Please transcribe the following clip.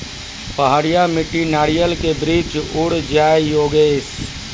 पहाड़िया मिट्टी नारियल के वृक्ष उड़ जाय योगेश?